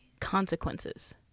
consequences